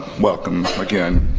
welcome again.